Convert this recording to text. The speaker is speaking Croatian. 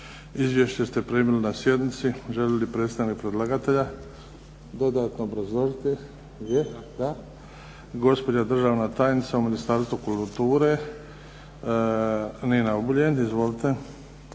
Izvješće ste primili na sjednici. Želi li predstavnik predlagatelja dodatno obrazložiti? Da. Gospođa državna tajnica u Ministarstvu kulture, Nina Obuljen. Izvolite.